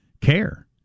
care